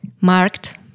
marked